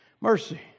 mercy